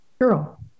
Girl